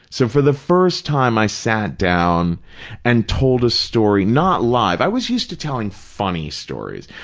so, for the first time, i sat down and told a story, not live. i was used to telling funny stories.